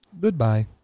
Goodbye